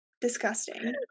disgusting